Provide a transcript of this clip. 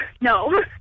No